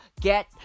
Get